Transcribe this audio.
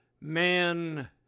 Man